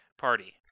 party